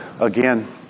Again